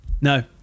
No